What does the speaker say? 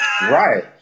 Right